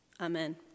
Amen